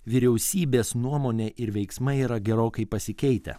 vyriausybės nuomonė ir veiksmai yra gerokai pasikeitę